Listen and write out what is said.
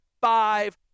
five